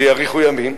שיאריכו ימים,